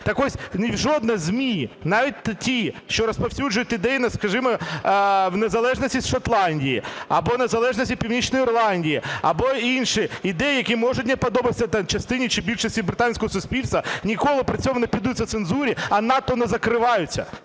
Так ось, жодне ЗМІ, навіть ті, що розповсюджують ідеї, скажімо, незалежності Шотландії або незалежності Північної Ірландії, або інші ідеї, які можуть не подобатися частині чи більшості британського суспільства, ніколи при цьому не піддаються цензурі, а надто не закриваються.